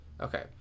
Okay